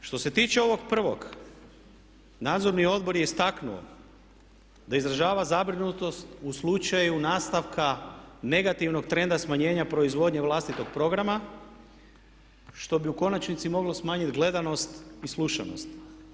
Što se tiče ovog prvog nadzorni odbor je istaknuo da izražava zabrinutost u slučaju nastavka negativnog trenda smanjenja proizvodnje vlastitog programa što bi u konačnici moglo smanjiti gledanost i slušanost.